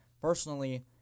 Personally